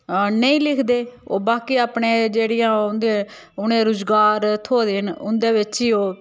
नेईं लिखदे ओह् बाकी अपने जेह्ड़ी उं'दे उ'नें रुजगार थ्होए दे न उं'दे बिच्च ई ओह्